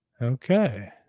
Okay